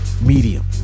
Medium